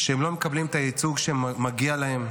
שהם לא מקבלים את הייצוג שמגיע להם,